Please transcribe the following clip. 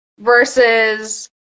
versus